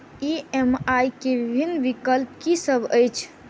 EMI केँ विभिन्न विकल्प की सब अछि